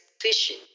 fishing